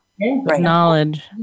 knowledge